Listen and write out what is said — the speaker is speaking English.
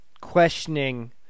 questioning